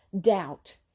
doubt